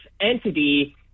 entity